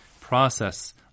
process